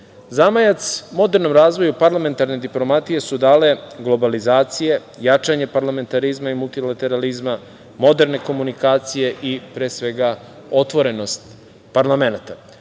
ODKB.Zamajac modernom razvoju parlamentarne diplomatije su dale globalizacije, jačanje parlamentarizma i multilateralizma, moderne komunikacije, i pre svega, otvorenost parlamenata. Zbog